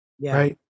right